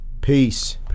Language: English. Peace